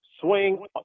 swing